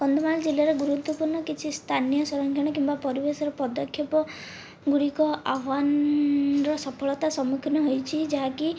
କନ୍ଧମାଳ ଜିଲ୍ଲାର ଗୁରୁତ୍ୱପୂର୍ଣ କିଛି ସ୍ଥାନୀୟ ସଂରକ୍ଷଣ କିମ୍ବା ପରିବେଶର ପଦକ୍ଷେପ ଗୁଡ଼ିକ ଆହ୍ୱାନର ସଫଳତା ସମ୍ମୁଖୀନ ହୋଇଛି ଯାହାକି